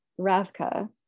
Ravka